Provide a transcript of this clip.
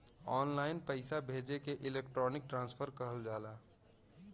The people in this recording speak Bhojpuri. ऑनलाइन पइसा भेजे के इलेक्ट्रानिक ट्रांसफर कहल जाला